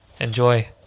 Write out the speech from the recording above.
Enjoy